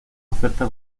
oferta